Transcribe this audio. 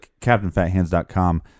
CaptainFatHands.com